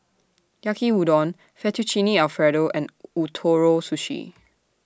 Yaki Udon Fettuccine Alfredo and Ootoro Sushi